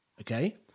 okay